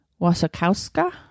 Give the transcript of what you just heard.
wasakowska